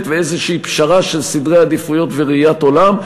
ואיזושהי פשרה של סדרי עדיפויות וראיית עולם,